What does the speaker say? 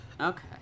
Okay